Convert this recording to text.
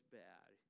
bad